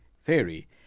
theory